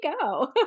go